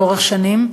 לאורך שנים.